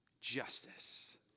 justice